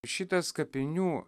šitas kapinių